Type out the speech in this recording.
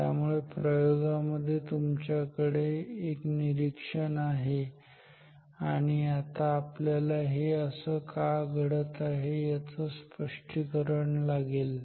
त्यामुळे प्रयोगामध्ये तुमच्याकडे एक निरीक्षण आहे आणि आता आपल्याला हे असं का घडत आहे याचे स्पष्टीकरण लागेल